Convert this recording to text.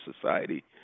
society